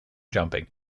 jumping